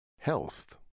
Health